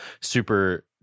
super